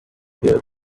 here